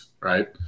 right